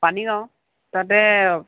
পানীগাঁও তাতে